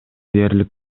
дээрлик